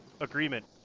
agreement